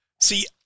See